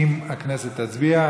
אם הכנסת תצביע.